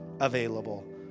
available